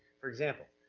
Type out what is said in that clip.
for example,